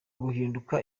guhinduka